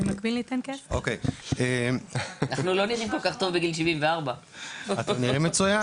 אנחנו לא נראים כל כך טוב בגיל 74. אתם נראים מצוין.